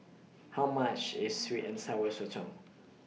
How much IS Sweet and Sour Sotong